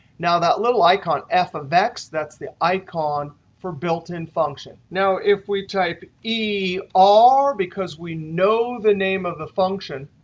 now, that little icon f of x that's the icon for built-in function. now, if we type e r because we know the name of the function,